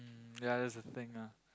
ya that's the thing ah